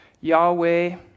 Yahweh